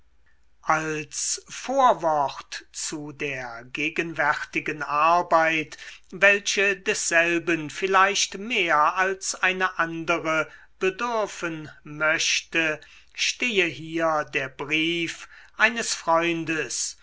als vorwort zu der gegenwärtigen arbeit welche desselben vielleicht mehr als eine andere bedürfen möchte stehe hier der brief eines freundes